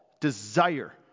desire